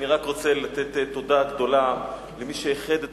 אני רק רוצה לתת תודה גדולה למי שאיחד את